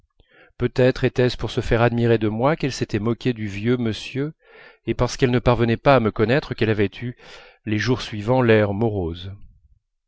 peut-être était-ce pour se faire admirer de moi qu'elle s'était moquée du vieux monsieur et parce qu'elle ne parvenait pas à me connaître qu'elle avait eu les jours suivants l'air morose